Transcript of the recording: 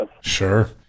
Sure